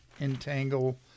entangle